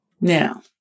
Now